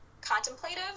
contemplative